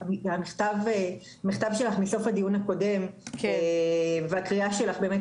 המכתב שלך מסוף הדיון הקודם והקריאה שלך באמת